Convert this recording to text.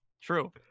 True